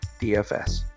DFS